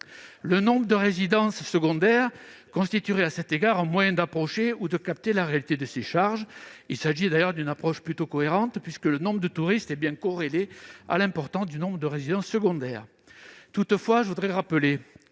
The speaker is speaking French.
Le nombre de résidences secondaires constituerait à cet égard un moyen d'approcher la réalité de ces charges. Il s'agit d'ailleurs d'une approche plutôt cohérente, puisque le nombre de touristes est bien corrélé au nombre de résidences secondaires. Toutefois, je tiens à rappeler